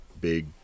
big